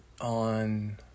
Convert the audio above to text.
on